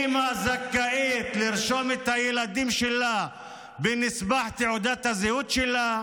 אימא זכאית לרשום את הילדים שלה בספח תעודת הזהות שלה,